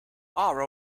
are